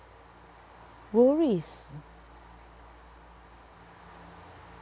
worries